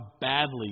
badly